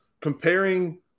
Comparing